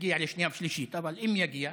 יגיע לשנייה ושלישית, אבל אם יגיע,